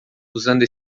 usando